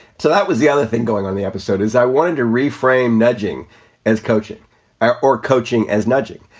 so that was the other thing going on. the episode is i wanted to reframe nudging as coaching or or coaching as nudging,